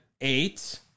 eight